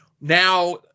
Now –